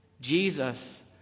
Jesus